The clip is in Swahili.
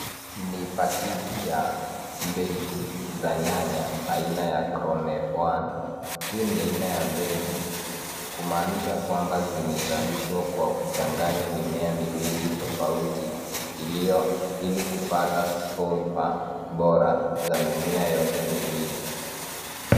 Ni paketi ya mbegu za aina ya crown F1. Hii ni aina ya mbegu kumaanisha kwamba zimezalishwa kwa kuchanganya mimea miwili tofauti iliyo ili kupata sofa bora za mimea yote miwili.